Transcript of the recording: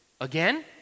again